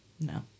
No